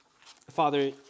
Father